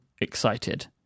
excited